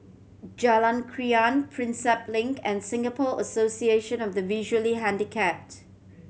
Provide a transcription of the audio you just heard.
Jalan Krian Prinsep Link and Singapore Association of the Visually Handicapped